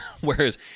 Whereas